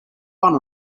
fun